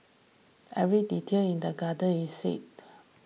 every detail in the garden is said